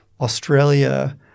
Australia